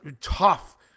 tough